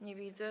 Nie widzę.